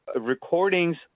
recordings